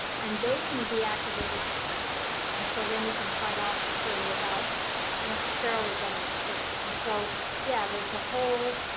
and they can be activated quickly. and so then you can fight off the flu without necessarily getting sick. and so yeah, there's a whole